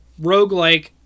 roguelike